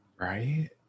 Right